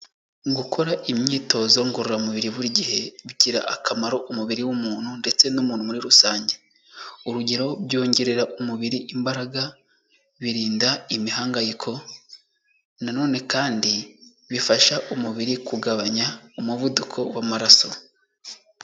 Ngukora imyitozo ngororamubiri buri gihe bigira akamaro umubiri w'umuntu ,ndetse n'umuntu muri rusange. Urugero: Byongerera umubiri imbaraga, birinda imihangayiko, na none kandi bifasha umubiri kugabanya umuvuduko w'amaraso.